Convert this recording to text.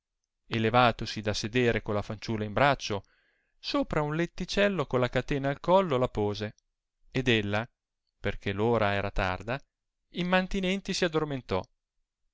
e levatosi da sedere con la fanciulla in braccio sopra un letticello con la catena al collo la pose ed ella perchè l'ora era iarda immantinenti si addormentò